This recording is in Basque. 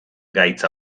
gaitz